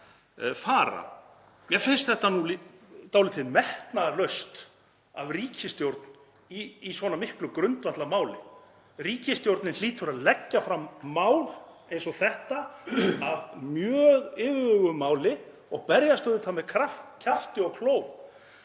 fara. Mér finnst þetta nú dálítið metnaðarlaust af ríkisstjórn í svona miklu grundvallarmáli. Ríkisstjórnin hlýtur að leggja fram mál eins og þetta að mjög yfirveguðu máli og berjast auðvitað með kjafti og klóm.